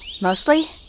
mostly